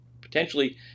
potentially